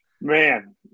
man